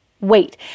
wait